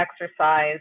exercise